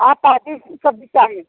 हाँ पैंतीस छब्बीस तारीख़